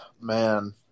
Man